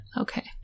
Okay